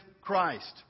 Christ